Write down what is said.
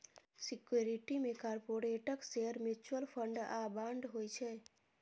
security मे कारपोरेटक share, mutual fund आ बांड होइ छै